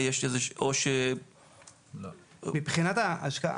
מבחינת ההשקעה,